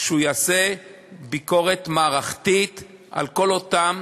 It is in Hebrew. והוא יעשה ביקורת מערכתית על כל אותם